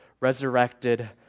resurrected